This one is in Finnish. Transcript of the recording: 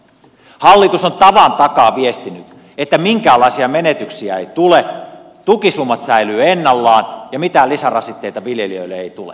hallitus on tavan takaa viestinyt että minkäänlaisia menetyksiä ei tule tukisummat säilyvät ennallaan ja mitään lisärasitteita viljelijöille ei tule